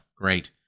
great